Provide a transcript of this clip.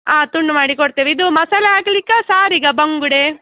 ಆಂ ತುಂಡು ಮಾಡಿ ಕೊಡ್ತೇವೆ ಇದು ಮಸಾಲೆ ಹಾಕ್ಲಿಕ್ಕಾ ಸಾರಿಗಾ ಬಂಗುಡೆ